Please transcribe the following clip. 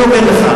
אז אני אומר לך,